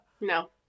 No